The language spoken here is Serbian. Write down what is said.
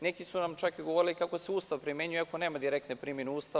Neki su nam čak govorili da se Ustav primenjuje, iako nema direktne primene Ustava.